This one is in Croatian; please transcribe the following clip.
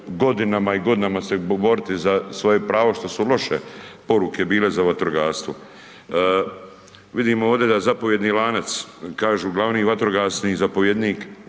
godinama i godinama boriti se za svoje pravo što su loše poruke bile za vatrogastvo. Vidimo ovdje da zapovjedni lanac, kažu glavni vatrogasni zapovjednik